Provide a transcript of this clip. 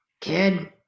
Kid